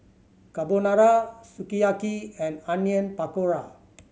Carbonara Sukiyaki and Onion Pakora